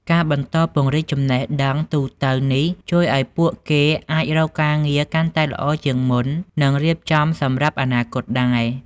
ការបន្តពង្រីកចំណេះដឹងទូទៅនេះជួយឲ្យពួកគេអាចរកការងារកាន់តែល្អជាងមុន និងរៀបចំសម្រាប់អនាគតដែរ។